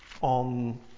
on